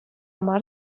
мар